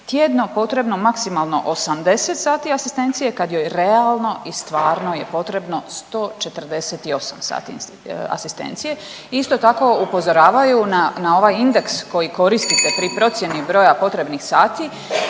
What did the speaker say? tjedno potrebno maksimalno 80 sati asistencije kad joj realno i stvarno je potrebo 148 sati asistencije. I isto tako upozoravaju na, na ovaj indeks koji koristite pri procjeni broja potrebnih sati